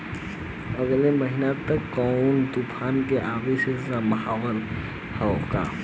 अगले महीना तक कौनो तूफान के आवे के संभावाना है क्या?